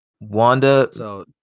Wanda